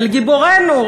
אל גיבורנו,